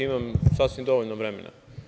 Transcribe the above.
Imam sasvim dovoljno vremena.